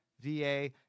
VA